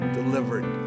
delivered